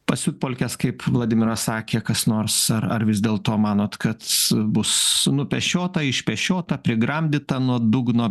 pasiutpolkes kaip vladimiras sakė kas nors ar vis dėlto manot kad bus nupešiota išpešiota prigramdyta nuo dugno